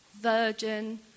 virgin